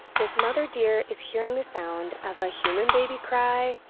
this mother deer is hearing the sound of a human baby cry,